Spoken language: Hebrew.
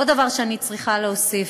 עוד דבר שאני צריכה להוסיף,